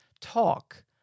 talk